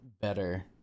better